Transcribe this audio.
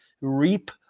reap